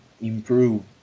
improve